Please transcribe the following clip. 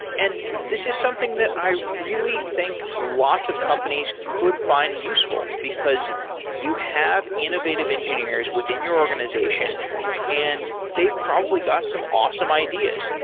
and this is something that i really think lots of companies could find useful, because you have innovative engineers within your organization and they've probably got some awesome ideas.